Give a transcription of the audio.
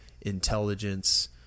intelligence